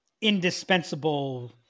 indispensable